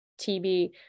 TB